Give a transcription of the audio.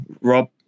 rob